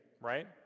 right